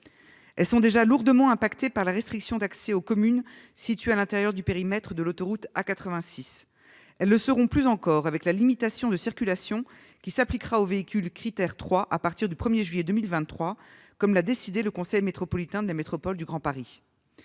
sont déjà lourdement frappées par les restrictions d'accès aux communes situées dans le périmètre de l'autoroute A86. Elles le seront plus encore par la limitation de circulation qui s'appliquera aux véhicules classés Crit'Air 3 à partir du 1 juillet 2023, comme l'a décidé le conseil de la métropole du Grand Paris.